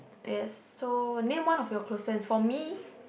yes so name one of your closest for me